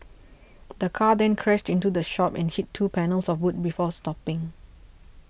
the car then crashed into the shop and hit two panels of wood before stopping